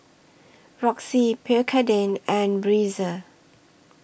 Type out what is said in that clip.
Roxy Pierre Cardin and Breezer